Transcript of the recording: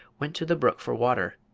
went to the brook for water.